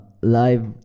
live